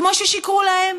כמו ששיקרו להם.